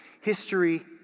history